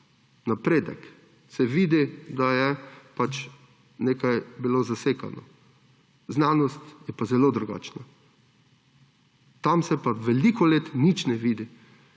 napredek, se vidi, da je pač nekaj bilo zasekano. Znanost je pa zelo drugačna. Tam se pa veliko let nič ne vidi